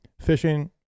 Fishing